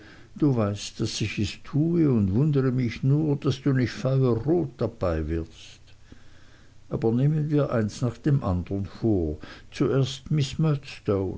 du weißt daß ich es tue und wundere mich nur daß du nicht feuerrot dabei wirst aber nehmen wir eins nach dem andern vor zuerst miß